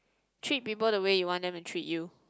treat people the way you want them to treat you